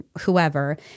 whoever